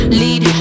lead